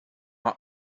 not